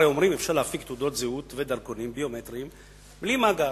הרי אומרים שאפשר להפיק תעודות זהות ודרכונים ביומטריים בלי מאגר.